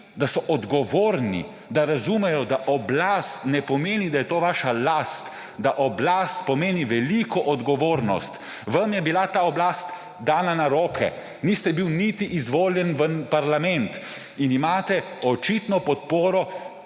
da so odgovorni; da razumejo, da oblast ne pomeni, da je to vaša last, da oblast pomeni veliko odgovornost. Vam je bila ta oblast dana na roke, niste bili niti izvoljeni v parlament in imate očitno podporo